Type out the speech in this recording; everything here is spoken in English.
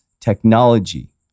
Technology